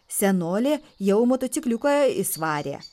senolė jau motocikliuką isvarė